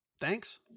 thanks